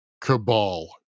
Cabal